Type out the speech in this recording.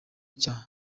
cya